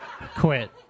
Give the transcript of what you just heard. Quit